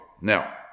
now